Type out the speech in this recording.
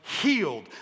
healed